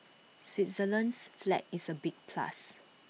Switzerland's flag is A big plus